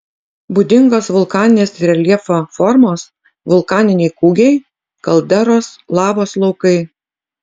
būdingos vulkaninės reljefo formos vulkaniniai kūgiai kalderos lavos laukai